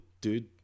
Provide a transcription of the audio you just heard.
dude